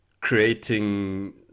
creating